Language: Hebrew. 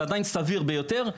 זה עדיין סביר ביותר,